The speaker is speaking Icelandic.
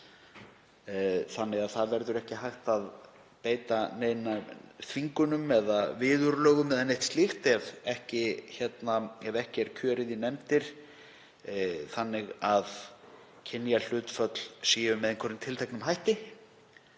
þannig að ekki verður hægt að beita neinum þvingunum eða viðurlögum eða neitt slíkt ef ekki er kjörið í nefndir þannig að kynjahlutföll séu með þessum tiltekna hætti.